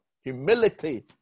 humility